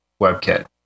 WebKit